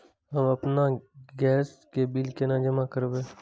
हम आपन गैस के बिल केना जमा करबे?